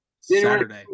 Saturday